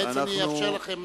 אני אאפשר לכם,